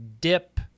dip